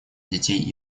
детей